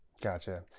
Gotcha